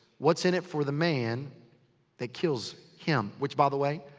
what's in it for the man that kills him? which, by the way.